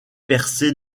percé